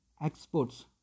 exports